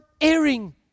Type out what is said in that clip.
airing